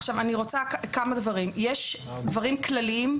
יש דברים כלליים,